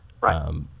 Right